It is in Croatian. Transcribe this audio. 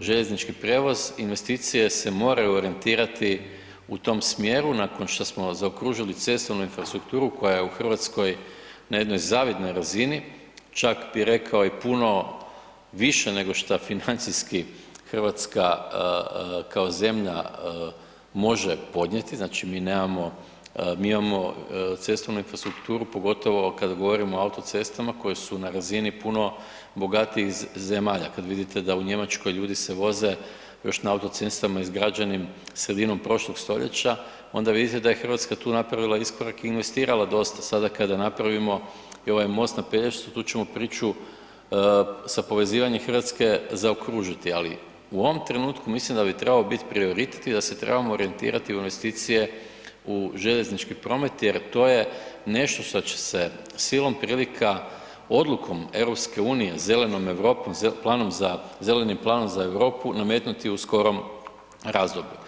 željeznički prijevoz, investicije se moraju orijentirati u tom smjeru nakon šta smo zaokružili cestovnu infrastrukturu koja je u Hrvatskoj na jednoj zavidnoj razini, čak bi rekao i puno više nego šta financijski Hrvatska kao zemlja može podnijeti, znači mi imamo cestovnu infrastrukturu pogotovo kada govorimo o autocestama koje su na razini puno bogatijih zemalja, kad vidite da u Njemačkoj ljudi se voze još na autocestama izgrađenim sredinom prošlog stoljeća, onda vidite da je Hrvatska tu napravila iskorak i investirala dosta, sada kada napravimo i ovaj most na Pelješcu, tu ćemo priču sa povezivanjem Hrvatske zaokružiti ali u ovom trenutku mislim da bi trebalo biti prioritet i da se trebamo orijentirati u investicije u željeznički promet jer to je nešto šta će se silom prilika odlukom EU-a, zelenom Europom, zelenim planom za Europu, nametnuti u skorom razdoblju.